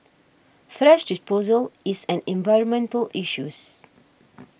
thrash disposal is an environmental issues